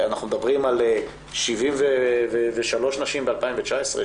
אנחנו מדברים על 73 נשים ב-2019,